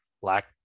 black